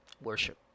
worship